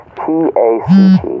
pact